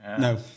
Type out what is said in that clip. No